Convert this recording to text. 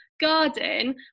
Garden